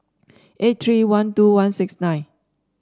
eight three one two one six nine